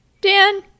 dan